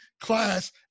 class